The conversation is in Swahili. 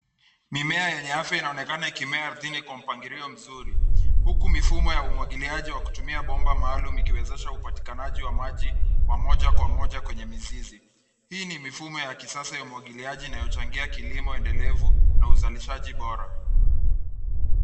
Mimea yenye afya inaonekana ikimea ardhini kwa mpangilio mzuri. Huku mifumo ya umuagiliaji wa kutumia bomba maalum ikiwezesha upatikanaji wa maji wa moja kwa moja kwenye mizizi. Hii ni mifumo ya kisasa ya umwagiliaji inayochangia kilimo muendelevu na uzalishaji bora.